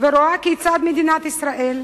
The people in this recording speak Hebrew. ורואה כיצד מדינת ישראל,